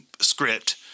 script